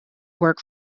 work